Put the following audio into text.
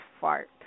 fart